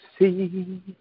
see